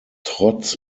trotz